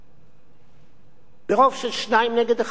ברוב של שניים נגד אחד אפשר לבטל את זה.